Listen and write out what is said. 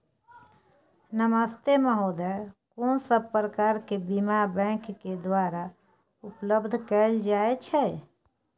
नमस्ते महोदय, कोन सब प्रकार के बीमा बैंक के द्वारा उपलब्ध कैल जाए छै?